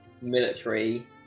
military